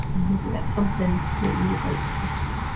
maybe that's something that you would like to do too.